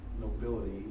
nobility